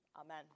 Amen